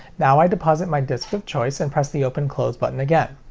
now i deposit my disc of choice, and press the open close button again.